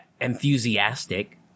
enthusiastic